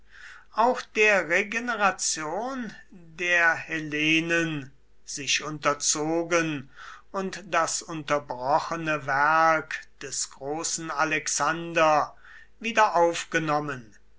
auch der regeneration der hellenen sich unterzogen und das unterbrochene werk des großen alexander